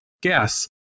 gas